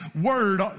Word